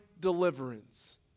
deliverance